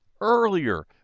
Earlier